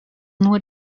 nur